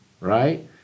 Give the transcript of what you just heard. right